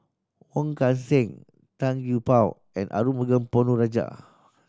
Wong Kan Seng Tan Gee Paw and Arumugam Ponnu Rajah